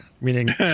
Meaning